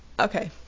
Okay